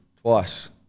twice